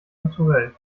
naturell